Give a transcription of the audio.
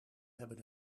hebben